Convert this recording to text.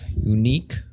Unique